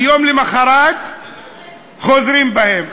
ויום למחרת חוזר בו מהם.